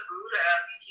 Buddha